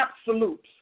absolutes